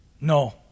No